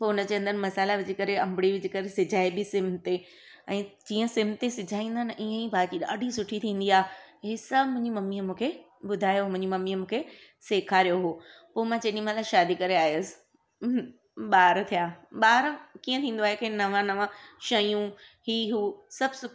पो हुन जे अंदरु मसाला विझी करे अंबड़ी विझी करे सिझाइबी सिम ते ऐं जीअं सिम ते सिझाईंदा आहिनि ईअं ई भाॼी ॾाढी सुठी थींदी आहे इहे सभु मुंहिंजी ममीअ मूंखे ॿुधायो मुंहिंजी ममीअ मूंखे सेखारियो हुओ पोइ मां जेॾी महिल शादी करे आयमि ॿार थिया ॿारु कीअं थींदो आहे की नवा नवा शयूं इहे उहो सभु